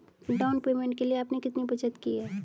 Down payment के लिए आपने कितनी बचत की है?